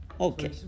okay